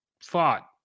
fought